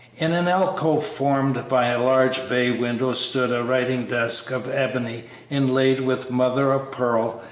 in an alcove formed by a large bay-window stood a writing-desk of ebony inlaid with mother-of-pearl,